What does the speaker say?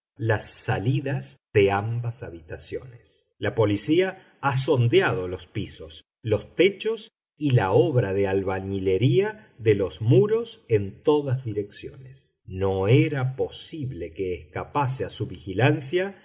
las salidas de ambas habitaciones la policía ha sondeado los pisos los techos y la obra de albañilería de los muros en todas direcciones no era posible que escapase a su vigilancia